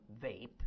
vape